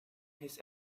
his